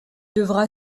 devra